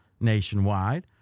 nationwide